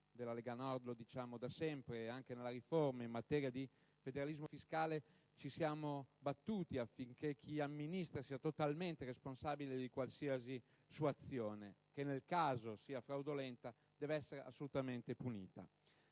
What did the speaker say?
della Lega Nord lo diciamo da sempre: anche nella riforma in materia di federalismo fiscale ci siamo battuti affinché chi amministra sia totalmente responsabile di qualsiasi sua azione, che nel caso sia fraudolenta deve essere assolutamente punita.